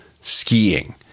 skiing